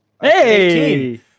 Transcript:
Hey